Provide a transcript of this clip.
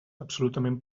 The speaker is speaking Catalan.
absolutament